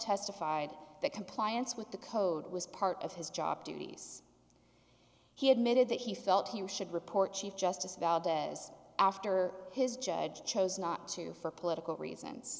testified that compliance with the code was part of his job duties he admitted that he felt he should report chief justice valdez after his judge chose not to for political reasons